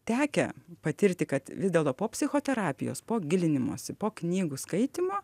tekę patirti kad vis dėlto po psichoterapijos po gilinimosi po knygų skaitymo